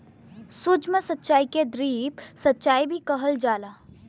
सूक्ष्म सिचाई के ड्रिप सिचाई भी कहल जाला